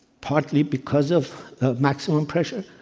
partly because of maximum pressure,